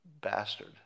bastard